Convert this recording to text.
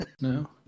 No